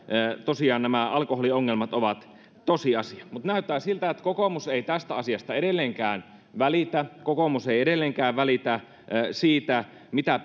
tosiaan nämä alkoholiongelmat ovat tosiasia mutta näyttää siltä että kokoomus ei tästä asiasta edelleenkään välitä kokoomus ei edelleenkään välitä siitä mitä